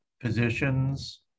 positions